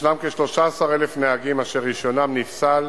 ישנם כ-13,000 נהגים שרשיונם נפסל